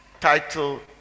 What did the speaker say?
title